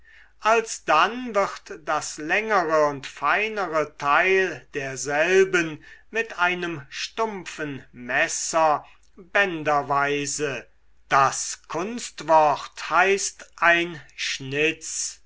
alsdann wird das längere und feinere teil derselben mit einem stumpfen messer bänderweise das kunstwort heißt ein